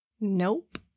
Nope